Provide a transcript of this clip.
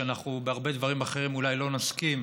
שבהרבה דברים אחרים אולי לא נסכים,